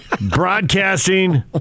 Broadcasting